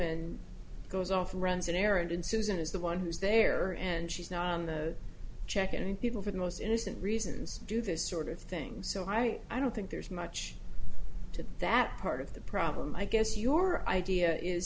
and goes off and runs an errand and susan is the one who's there and she's not on the check and people for the most innocent reasons do this sort of things so i i don't think there's much to that part of the problem i guess your idea is